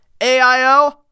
AIO